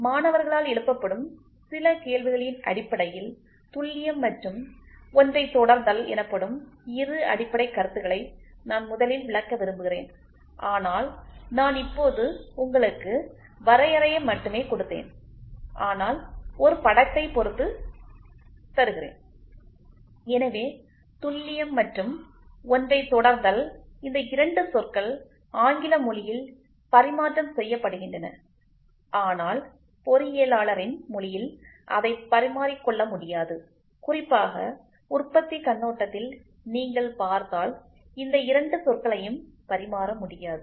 மாணவர்களால் எழுப்பப்படும் சில கேள்விகளின் அடிப்படையில் துல்லியம் மற்றும் ஒன்றை தொடர்தல் எனப்படும் இரு அடிப்படைக் கருத்துக்களை நான் முதலில் விளக்க விரும்புகிறேன் ஆனால் நான் இப்போது உங்களுக்கு வரையறையை மட்டுமே கொடுத்தேன் ஆனால் ஒரு படத்தை பொறுத்து தருகிறேன் எனவே துல்லியம் மற்றும் ஒன்றை தொடர்தல் இந்த 2 சொற்கள் ஆங்கில மொழியில் பரிமாற்றம் செய்யப்படுகின்றன ஆனால் பொறியியலாளரின் மொழியில் அதை பரிமாறிக்கொள்ள முடியாது குறிப்பாக உற்பத்தி கண்ணோட்டத்தில் நீங்கள் பார்த்தால் இந்த 2 சொற்களையும் பரிமாற முடியாது